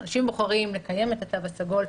אנשים בוחרים לקיים את התו הסגול,